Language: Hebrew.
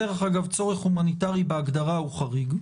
דרך אגב, צורך הומניטרי בהגדרה הוא חריג,